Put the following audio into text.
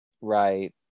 Right